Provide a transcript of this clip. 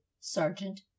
Sergeant